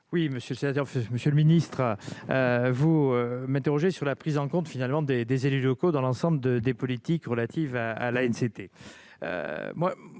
Monsieur le sénateur, vous m'interrogez sur la prise en compte des élus locaux dans l'ensemble des politiques relatives à l'ANCT.